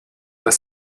das